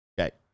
Okay